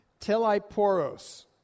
Teleporos